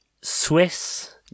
Swiss